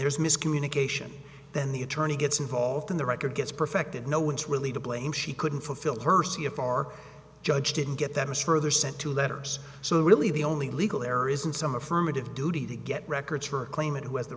there's miscommunication then the attorney gets involved in the record gets perfected no one's really to blame she couldn't fulfill her see a far judge didn't get that was further sent to letters so really the only legal error isn't some affirmative duty to get records for a claimant who has